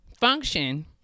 function